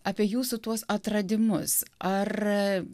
apie jūsų tuos atradimus ar